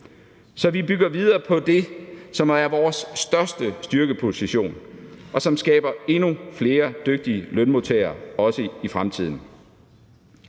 Så vi bygger videre på det, som er vores største styrke, og som skaber endnu flere dygtige lønmodtagere, også i fremtiden.